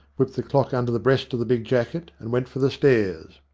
whipped the clock under the breast of the big jacket, and went for the stairs.